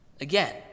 again